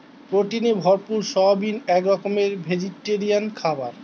প্রোটিনে ভরপুর সয়াবিন এক রকমের ভেজিটেরিয়ান খাবার